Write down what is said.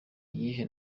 iyihe